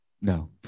No